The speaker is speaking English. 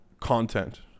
content